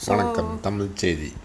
வணக்கம் தமிழ் செய்தி:vanakam thamil seythi